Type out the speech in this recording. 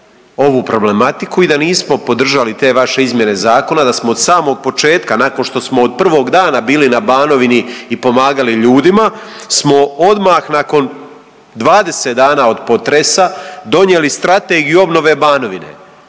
ovu problematiku i da nismo podržali te vaše izmjene zakona, da smo od samog početka nakon što smo od prvog dana bili na Banovini i pomagali ljudima smo odmah nakon 20 dana od potresa donijeli Strategiju obnove Banovine.